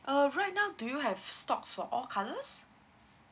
uh right now do you have stocks for all colours